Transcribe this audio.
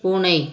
பூனை